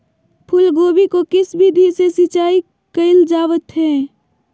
फूलगोभी को किस विधि से सिंचाई कईल जावत हैं?